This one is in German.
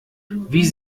wie